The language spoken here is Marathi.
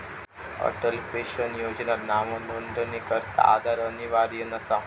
अटल पेन्शन योजनात नावनोंदणीकरता आधार अनिवार्य नसा